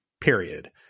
period